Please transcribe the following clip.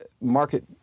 market